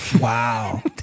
Wow